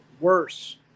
worse